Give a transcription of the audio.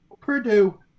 Purdue